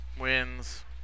wins